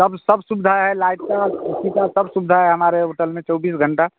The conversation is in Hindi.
सब सब सुविधा है लाइट की ए सी की सब सुविधा है हमारे होटल में चौबीस घंटे